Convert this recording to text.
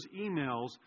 emails